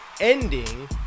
ending